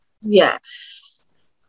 yes